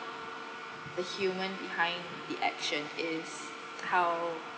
the human behind the action is how